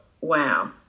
wow